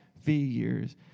figures